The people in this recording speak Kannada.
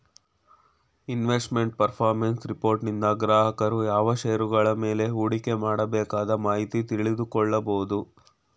ಇನ್ವೆಸ್ಟ್ಮೆಂಟ್ ಪರ್ಫಾರ್ಮೆನ್ಸ್ ರಿಪೋರ್ಟನಿಂದ ಗ್ರಾಹಕರು ಯಾವ ಶೇರುಗಳ ಮೇಲೆ ಹೂಡಿಕೆ ಮಾಡಬೇಕದ ಮಾಹಿತಿ ತಿಳಿದುಕೊಳ್ಳ ಕೊಬೋದು